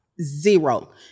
zero